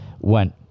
went